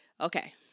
Okay